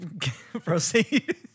Proceed